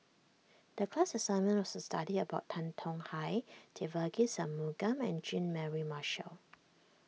the class assignment was to study about Tan Tong Hye Devagi Sanmugam and Jean Mary Marshall